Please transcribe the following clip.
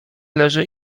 leży